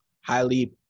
highly